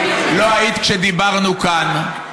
לא היית כשדיברנו כאן.